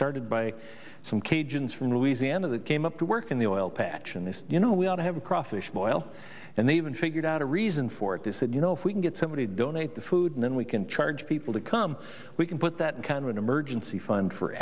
started by some cajuns from louisiana that came up to work in the oil patch and you know we all have a crawfish boil and they haven't figured out a reason for it to said you know if we can get somebody to donate the food and then we can charge people to come we can put that kind of an emergency fund for